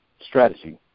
strategy